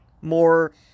more